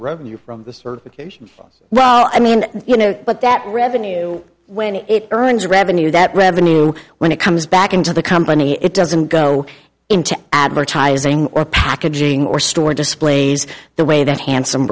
revenue from this ok well i mean you know but that revenue when it earns revenue that revenue when it comes back into the company it doesn't go into advertising or packaging or store displays the way that handsome